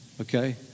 okay